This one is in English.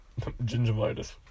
gingivitis